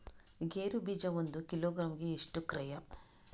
ಗೇರು ಬೀಜ ಒಂದು ಕಿಲೋಗ್ರಾಂ ಗೆ ಎಷ್ಟು ಕ್ರಯ?